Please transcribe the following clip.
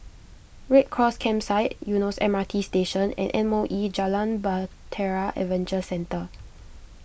Red Cross Campsite Eunos M R T Station and M O E Jalan Bahtera Adventure Centre